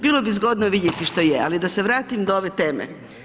Bilo bi zgodno vidjeti što je ali da se vratim do ove teme.